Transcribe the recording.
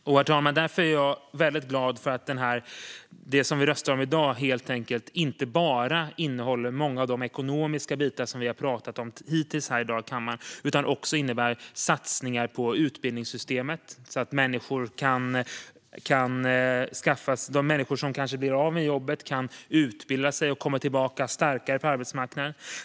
Därför, herr talman, är jag väldigt glad över att det som vi röstar om i dag inte bara innehåller många av de ekonomiska bitar som vi har pratat om hittills här i kammaren i dag utan också innebär satsningar på utbildningssystemet så att de människor som kanske blir av med jobbet kan utbilda sig och komma tillbaka starkare på arbetsmarknaden.